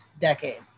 decade